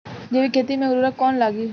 जैविक खेती मे उर्वरक कौन लागी?